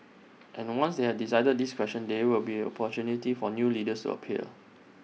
and once they had decided this question there will be the opportunity for new leaders appear